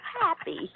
happy